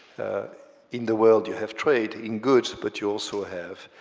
in the world, you have trade in goods, but you also have,